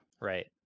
Right